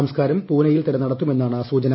സംസ്ക്കാരം പൂനയിൽ തന്നെ നടത്തുമെന്നാണ് സൂചന